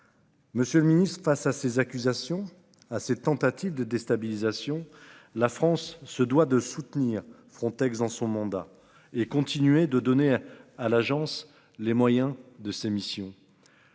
Monsieur le Ministre, face à ces accusations à ces tentatives de déstabilisation. La France se doit de soutenir Frontex dans son mandat et continuer de donner à l'Agence les moyens de sa mission.